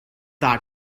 that